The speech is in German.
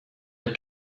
der